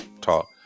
talk